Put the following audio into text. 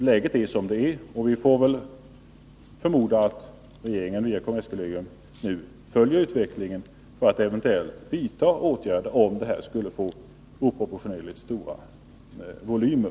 Läget är som det är, och vi får väl förmoda att regeringen via kommerskollegium följer utvecklingen och eventuellt vidtar åtgärder om detta skulle få oproportionerligt stora volymer.